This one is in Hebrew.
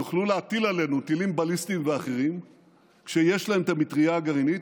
יוכלו להטיל עלינו טילים בליסטיים ואחרים כשיש להם את המטרייה הגרעינית,